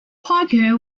parker